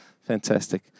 Fantastic